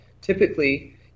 Typically